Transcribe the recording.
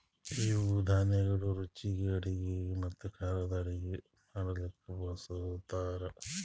ಇವು ಧಾನ್ಯಗೊಳ್ ರುಚಿಯ ಅಡುಗೆ ಮತ್ತ ಖಾರದ್ ಅಡುಗೆ ಮಾಡ್ಲುಕ್ ಬಳ್ಸತಾರ್